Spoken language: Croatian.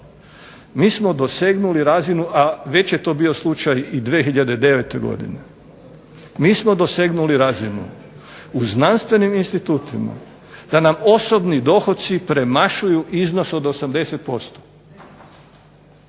Mi smo dosegnuli razinu, a već je to bio slučaj i 2009. godine. Mi smo dosegnuli razinu u znanstvenim institutima da nam osobni dohoci premašuju iznos od 80%.